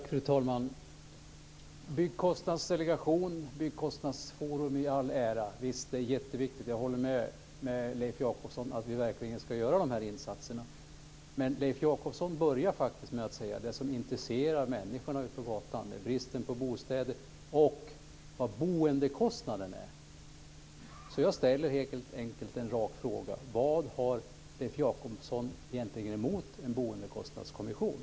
Fru talman! Byggkostnadsdelegation och byggkostnadsforum i all ära - visst; det är jätteviktigt. Jag håller med Leif Jakobsson om att vi verkligen ska göra de här insatserna. Men Leif Jakobsson började med att säga att det som intresserar människorna ute på gatan är bristen på bostäder och vad boendekostnaden är. Jag ställer helt enkelt en rak fråga: Vad har Leif Jakobsson egentligen emot en boendekostnadskommission?